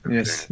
Yes